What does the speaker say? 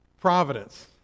providence